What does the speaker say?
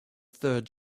third